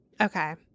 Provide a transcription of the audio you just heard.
Okay